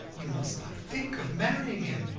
you must not think of marrying him,